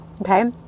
Okay